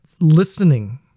listening